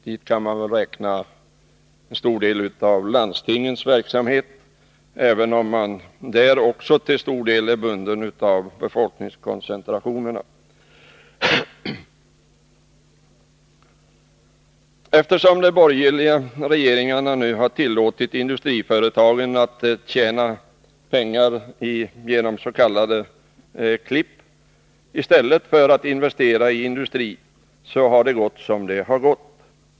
Dit kan man väl räkna en stor del av landstingens verksamhet, även om man också inom denna verksamhet i hög grad är bunden av befolkningskoncentrationerna. Eftersom de borgerliga regeringarna har tillåtit industriföretagen att tjäna pengar genom s.k. snabba klipp i stället för att investera i industrin, har det gått som det har gått.